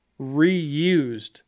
Reused